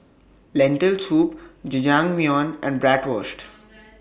Lentil Soup Jajangmyeon and Bratwurst